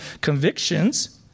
convictions